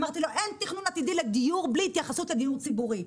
אמרתי לו אין תכנון עתידי לדיור בלי התייחסות לדיור ציבורי,